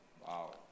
Wow